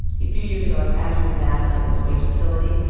a few years ago like as we were battling this waste facility,